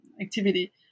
activity